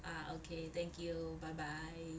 ah okay thank you bye bye